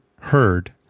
heard